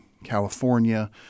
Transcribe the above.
California